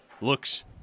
looks